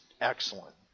excellent